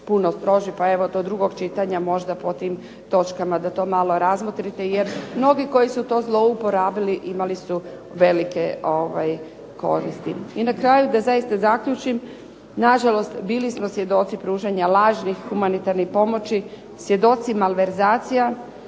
puno strožiji, pa evo do drugog čitanja pod tim točkama da to malo razmotrite, jer mnogi koji su to zlouporabili imali su velike koristi. I na kraju da zaista zaključim, nažalost bili smo svjedoci pružanja lažnih humanitarnih pomoći, svjedoci malverzacija,